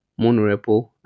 monorepo